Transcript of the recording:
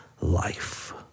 life